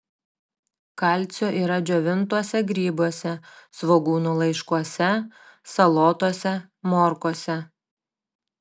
kalcio yra džiovintuose grybuose svogūnų laiškuose salotose morkose